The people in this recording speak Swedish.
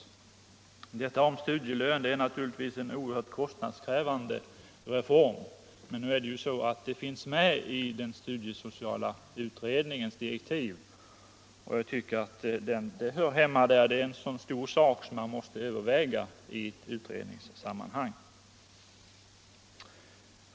Införandet av studielön är naturligtvis en oerhört kostnadskrävande reform, men det finns med i den studiesociala utredningens direktiv. Jag tycker att den hör hemma där. Eftersom det är en så stor sak så måste den övervägas i ett utredningssammanhang.